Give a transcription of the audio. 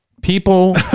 People